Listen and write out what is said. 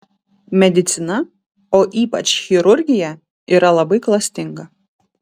medicina o ypač chirurgija yra labai klastinga